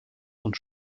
und